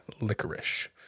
Licorice